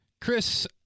Chris